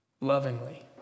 lovingly